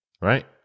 right